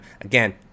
again